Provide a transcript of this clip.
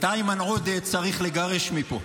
את איימן עודה צריך לגרש מפה.